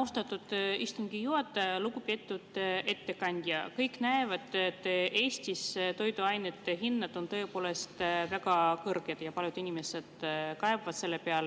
Austatud istungi juhataja! Lugupeetud ettekandja! Kõik näevad, et Eestis on toiduainete hinnad tõepoolest väga kõrged, ja paljud inimesed, eeskätt sotsiaalselt